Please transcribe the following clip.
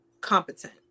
competent